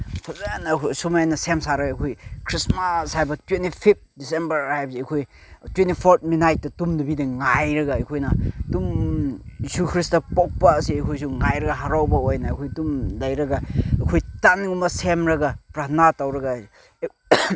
ꯐꯖꯅ ꯁꯨꯃꯥꯏꯅ ꯁꯦꯝ ꯁꯥꯔꯒ ꯑꯩꯈꯣꯏ ꯈ꯭ꯔꯤꯁꯃꯥꯁ ꯍꯥꯏꯕ ꯇ꯭ꯋꯦꯟꯇꯤ ꯐꯤꯞ ꯗꯤꯁꯦꯝꯕꯔ ꯍꯥꯏꯕꯁꯦ ꯑꯩꯈꯣꯏ ꯇ꯭ꯋꯦꯟꯇꯤ ꯐꯣꯔꯠ ꯃꯤꯠꯅꯥꯏꯠꯇ ꯇꯨꯝꯗꯕꯤꯗ ꯉꯥꯏꯔꯒ ꯑꯩꯈꯣꯏꯅ ꯇꯨꯝ ꯖꯤꯁꯨ ꯈ꯭ꯔꯤꯁꯇ ꯄꯣꯛꯄ ꯑꯁꯦ ꯑꯩꯈꯣꯏꯁꯨ ꯉꯥꯏꯔꯒ ꯍꯔꯥꯎꯕ ꯑꯣꯏꯅ ꯑꯩꯈꯣꯏ ꯇꯨꯝ ꯂꯩꯔꯒ ꯑꯩꯈꯣꯏ ꯇꯟꯒꯨꯝꯕ ꯁꯦꯝꯂꯒ ꯄ꯭ꯔꯥꯊꯅꯥ ꯇꯧꯔꯒ